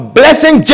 blessing